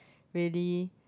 really